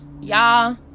y'all